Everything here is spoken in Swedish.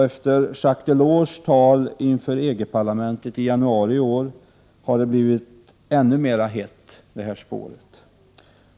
Efter Jacques Delors tal inför EG-parlamentet i januari i år har detta spår blivit ännu mera hett.